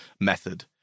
method